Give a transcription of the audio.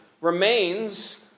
remains